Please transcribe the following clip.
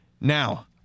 now